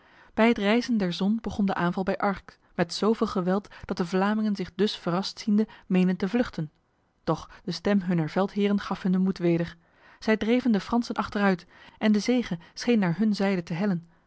bij het rijzen der zon begon de aanval bij arcques met zoveel geweld dat de vlamingen zich dus verrast ziende meenden te vluchten doch de stem hunner veldheren gaf hun de moed weder zij dreven de fransen achteruit en de zege scheen naar hun zijde te hellen